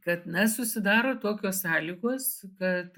kad na susidaro tokios sąlygos kad